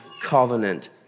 covenant